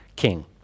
king